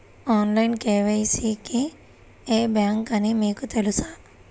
Online KYC కి ఏ bank అని మీకు తెలుసా?